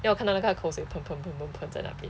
then 我看到那个口水喷喷喷喷喷在那边